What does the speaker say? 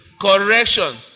correction